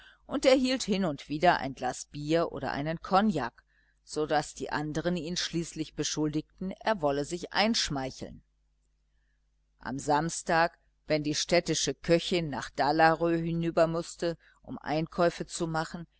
und erhielt hin und wieder ein glas bier oder einen kognak so daß die andern ihn schließlich beschuldigten er wolle sich einschmeicheln am samstag wenn die städtische köchin nach dalarö hinüber mußte um einkäufe zu machen